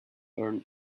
earn